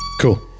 Cool